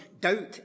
doubt